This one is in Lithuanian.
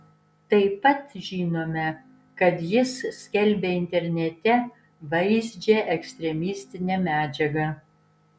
taip pat žinome kad jis skelbė internete vaizdžią ekstremistinę medžiagą